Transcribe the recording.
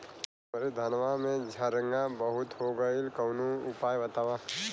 हमरे धनवा में झंरगा बहुत हो गईलह कवनो उपाय बतावा?